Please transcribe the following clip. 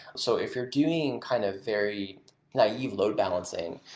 so if you're doing kind of very naive load balancing,